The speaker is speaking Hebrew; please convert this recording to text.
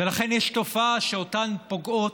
ולכן, יש תופעה שאותן פוגעות,